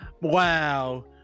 Wow